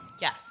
Yes